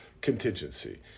contingency